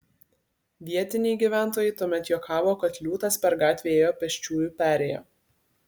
vietiniai gyventojai tuomet juokavo kad liūtas per gatvę ėjo pėsčiųjų perėja